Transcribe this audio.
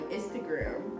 Instagram